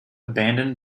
abandoned